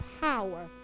power